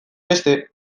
beste